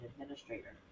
administrator